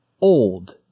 old